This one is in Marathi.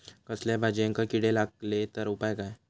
कसल्याय भाजायेंका किडे लागले तर उपाय काय?